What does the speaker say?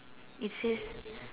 it says